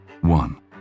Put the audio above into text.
One